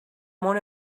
món